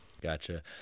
Gotcha